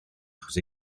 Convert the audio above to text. achos